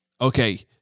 okay